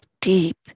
deep